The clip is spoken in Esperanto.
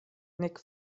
nek